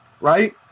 right